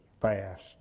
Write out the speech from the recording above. fast